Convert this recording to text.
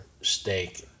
steak